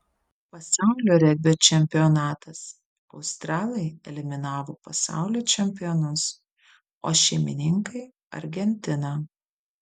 pasaulio regbio čempionatas australai eliminavo pasaulio čempionus o šeimininkai argentiną